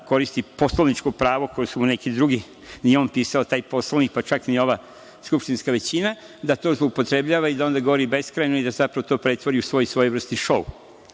koristi poslovničko pravo koje su mu neki drugi, nije on pisao taj Poslovnik, pa čak ni ova skupštinska većina, da to zloupotrebljava i da onda govori beskrajno i da sve to na kraju pretvori u svoj svojevrsni